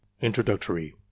Introductory